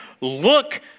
Look